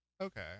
Okay